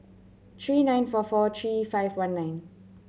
three nine four four three five one nine